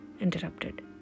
interrupted